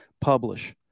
publish